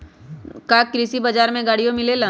का कृषि बजार में गड़ियो मिलेला?